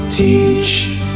Teach